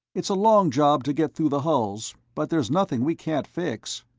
it's a long job to get through the hulls, but there's nothing we can't fix.